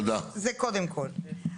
זה קודם כל.